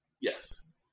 Yes